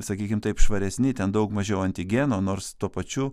sakykim taip švaresni ten daug mažiau antigenų nors tuo pačiu